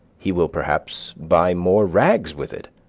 he will perhaps buy more rags with it.